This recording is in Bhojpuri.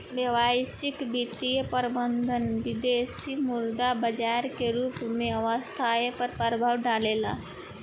व्यावसायिक वित्तीय प्रबंधन विदेसी मुद्रा बाजार के रूप में अर्थव्यस्था पर प्रभाव डालेला